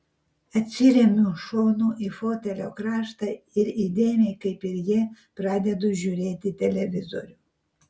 atsiremiu šonu į fotelio kraštą ir įdėmiai kaip ir jie pradedu žiūrėti televizorių